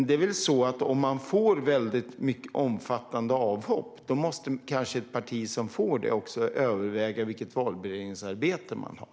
Det är väl också så att om ett parti får omfattande avhopp måste det kanske överväga vilket valberedningsarbete det har.